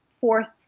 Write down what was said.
fourth